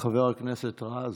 חבר הכנסת רז,